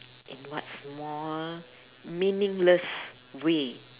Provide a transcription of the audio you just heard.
in what small meaningless way